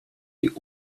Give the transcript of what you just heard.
die